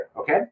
okay